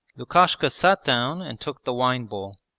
lukashka sat down and took the wine-bowl.